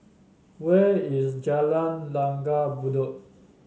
where is Jalan Langgar Bedok